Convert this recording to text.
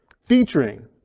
featuring